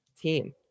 team